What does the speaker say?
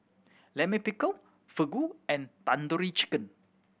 Lime Pickle Fugu and Tandoori Chicken